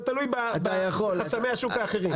זה תלוי בחסמי השוק האחרים.